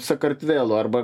sakartvelų arba